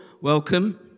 welcome